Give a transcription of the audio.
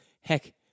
Heck